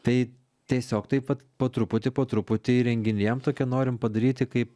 tai tiesiog taip vat po truputį po truputį įrenginėjam tokią norim padaryti kaip